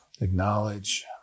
Acknowledge